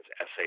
essay